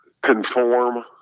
conform